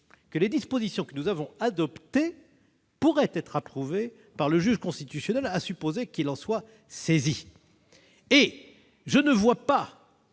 que les dispositions que nous avons adoptées pourraient être approuvées par le juge constitutionnel, à supposer qu'il en soit saisi. Je ne vois pas